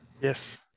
Yes